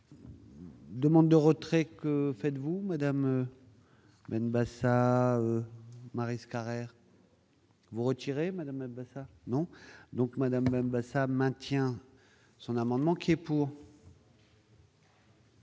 Demande de retrait, que faites-vous madame Ben Basat Maryse Carrère, vous retirez Madame ben ça non, donc Madame Benbassa maintient son amendement qui est pour.